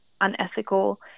unethical